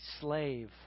slave